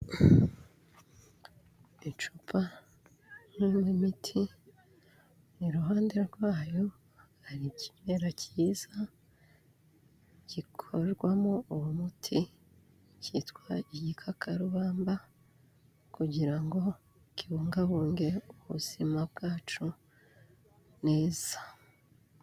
Icupa ririmo imiti, iruhande rwayo hari ikimera cyiza gikorwarwamo uwo muti cyitwa igikakarubamba kugira ngo kibungabunge ubuzima bwacu neza.